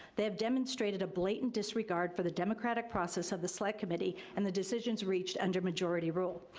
they have demonstrated a blatant disregard for the democratic process of the select committee and the decisions reached under majority rule.